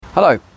Hello